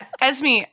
Esme